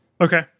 Okay